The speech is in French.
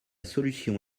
solution